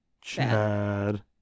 Chad